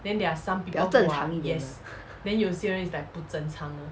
比较正常一点的